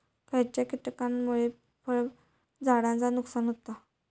खयच्या किटकांमुळे फळझाडांचा नुकसान होता?